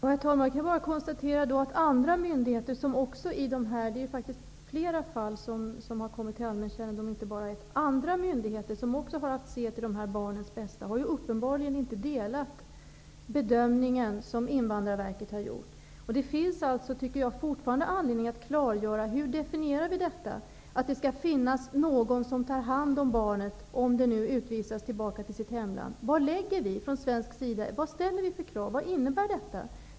Herr talman! Jag kan bara konstatera att andra myndigheter -- det är ju faktiskt flera sådana här fall som har kommit till allmän kännedom -- som också har att se till de här barnens bästa, uppenbarligen inte har gjort samma bedömning som Invandrarverket. Jag menar att det fortfarande finns anledning att klargöra vad vi menar med att det skall finnas någon som tar hand om barnet om det utvisas tillbaka till sitt hemland. Vad ställer vi från svensk sida för krav? Vad innebär detta?